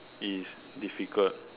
it is difficult